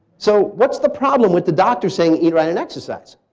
so what's the problem with the doctors saying eat right and exercise?